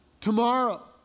tomorrow